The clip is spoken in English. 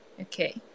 Okay